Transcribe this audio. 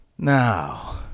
Now